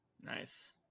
Nice